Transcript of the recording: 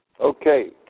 Okay